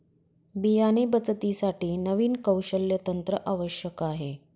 बियाणे बचतीसाठी नवीन कौशल्य तंत्र आवश्यक आहे